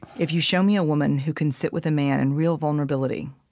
if you show me a woman who can sit with a man in real vulnerability,